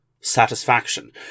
satisfaction